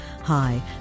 Hi